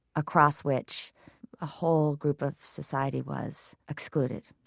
across which a whole group of society was excluded.